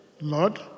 Lord